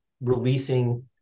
releasing